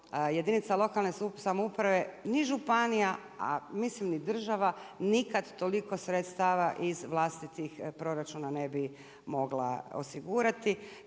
jedinica lokalne samouprave ni županija mislim ni država nikada toliko sredstava iz vlastitih proračuna ne bi mogla osigurati.